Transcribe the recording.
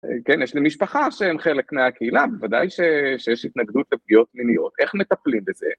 כן, יש לי משפחה שהם חלק מהקהילה ובוודאי שיש התנגדות לפגיעות פנימיות, איך מטפלים בזה?